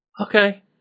Okay